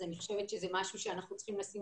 אני חושבת שזה משהו שאנחנו צריכים לשים